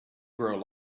grow